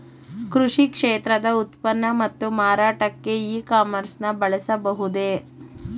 ಕೃಷಿ ಕ್ಷೇತ್ರದ ಉತ್ಪನ್ನ ಮತ್ತು ಮಾರಾಟಕ್ಕೆ ಇ ಕಾಮರ್ಸ್ ನ ಬಳಸಬಹುದೇ?